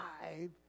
five